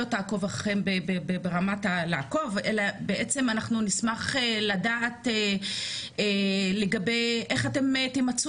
לא תעקוב אחרי ברמת המעקב אלא שאנחנו בעצם נשמח לדעת לגבי איך אתם תמצו